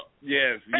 Yes